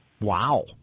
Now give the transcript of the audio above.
Wow